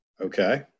Okay